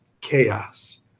Chaos